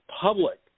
public